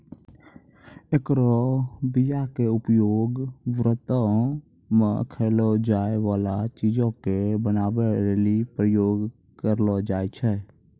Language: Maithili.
एकरो बीया के उपयोग व्रतो मे खयलो जाय बाला चीजो के बनाबै लेली करलो जाय छै